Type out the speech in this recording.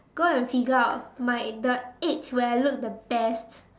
go and figure out my the age where I look the best